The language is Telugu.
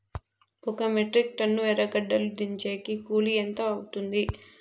ఒక మెట్రిక్ టన్ను ఎర్రగడ్డలు దించేకి కూలి ఎంత అవుతుంది?